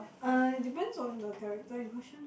uh it depends on the character in question ah